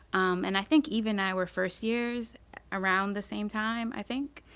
and i think eve and i were first years around the same time, i think.